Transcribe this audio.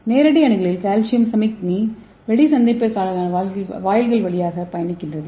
நேரடி அணுகலில் கால்சியம் சமிக்ஞை இடைவெளி சந்திப்பான வாயில்கள் வழியாக பயணிக்கிறது